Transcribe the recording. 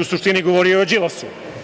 U suštini, govorio je o